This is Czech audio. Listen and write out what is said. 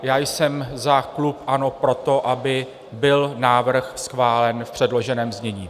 Já jsem za klub ANO pro to, aby byl návrh schválen v předloženém znění.